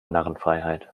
narrenfreiheit